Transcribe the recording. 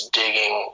digging